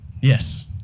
yes